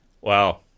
Wow